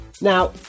Now